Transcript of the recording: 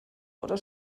oder